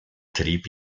trieb